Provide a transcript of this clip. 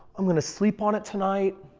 i'm going to sleep on it tonight.